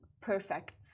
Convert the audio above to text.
perfect